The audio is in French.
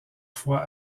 fois